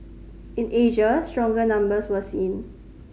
in Asia stronger numbers were seen